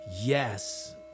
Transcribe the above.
Yes